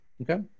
okay